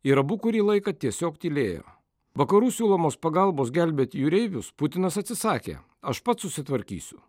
ir abu kurį laiką tiesiog tylėjo vakarų siūlomos pagalbos gelbėt jūreivius putinas atsisakė aš pats susitvarkysiu